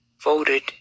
voted